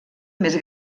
més